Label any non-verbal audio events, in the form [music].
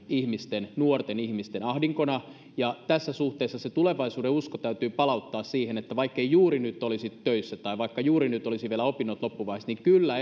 nuorten ihmisten ahdingolla tässä suhteessa se tulevaisuudenusko täytyy palauttaa siihen että vaikkei juuri nyt olisi töissä tai vaikka juuri nyt olisivat opinnot vielä loppuvaiheessa niin kyllä [unintelligible]